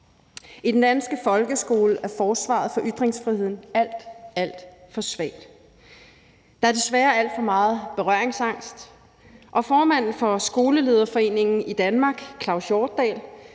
I den danske folkeskole er forsvaret for ytringsfriheden alt, alt for svagt. Der er desværre alt for meget berøringsangst, og formanden for Skolelederforeningen i Danmark, Claus Hjortdal,